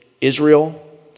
Israel